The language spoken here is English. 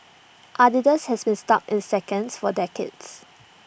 Adidas has been stuck in seconds for decades